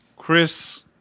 Chris